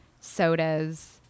sodas